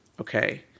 Okay